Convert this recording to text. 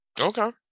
okay